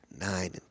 nine